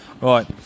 Right